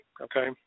okay